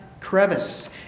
crevice